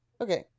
Okay